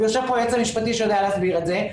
ויושב פה היועץ המשפטי שיודע להסביר את זה,